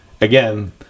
again